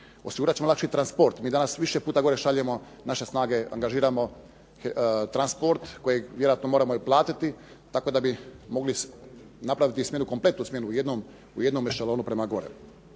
Osigurat ćemo lakši transport. Mi danas više puta gore šaljemo naše snage, angažiramo transport kojeg vjerojatno moramo i platiti tako da bi mogli napraviti smjenu, kompletnu smjenu u jednome …/Govornik se